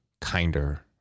kinder